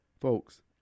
Folks